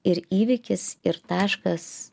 ir įvykis ir taškas